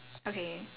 okay